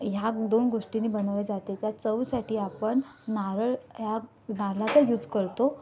ह्या दोन गोष्टींनी बनवले जाते त्या चवसाठी आपण नारळ ह्या नारळाचा यूज करतो